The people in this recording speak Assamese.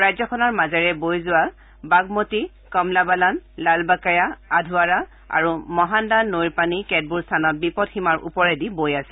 ৰাজ্যখনৰ মাজেৰে বৈ যোৱা বাগমতী কমলাবালান লাল বাকেয়া আধৱাৰা আৰু মহানন্দা নৈৰ পানী কেতবোৰ স্থানত বিপদ সীমাৰ ওপৰেদি বৈ আছে